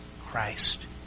Christ